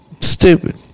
Stupid